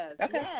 Okay